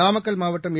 நாமக்கல் மாவட்டம் ஏ